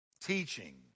Teaching